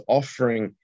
offering